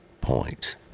point